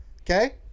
Okay